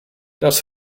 das